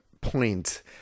point